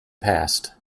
passed